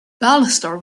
bannister